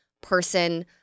person